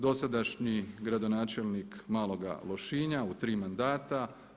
Dosadašnji gradonačelnik Maloga Lošinja u tri mandata.